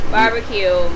Barbecue